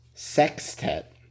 Sextet